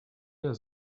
der